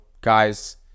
guys